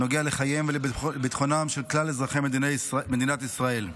נוגע לחייהם ולביטחונם של כל אזרחי מדינת ישראל.